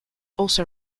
also